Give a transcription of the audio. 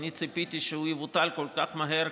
ציפיתי שהוא יבוטל כל כך מהר,